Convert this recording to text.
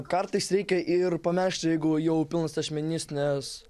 kartais reikia ir pamelžti jeigu jau pilnas tešmenis nes